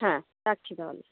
হ্যাঁ রাখছি তাহলে